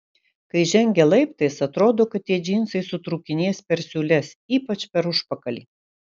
kai žengia laiptais atrodo kad tie džinsai sutrūkinės per siūles ypač per užpakalį